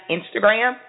Instagram